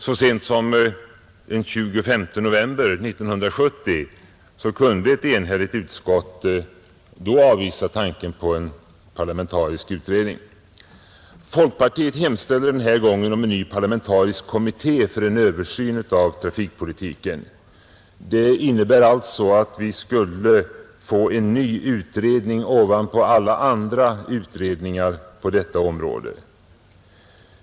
Så sent som den 25 november 1970 kunde ett enhälligt utskott avvisa tanken på en parlamentarisk utredning. Folkpartiet hemställer den här gången om en ny parlamentarisk utredning för en översyn av trafikpolitiken. Det innebär alltså att man skulle få en ny utredning ovanpå alla andra utredningar på detta område.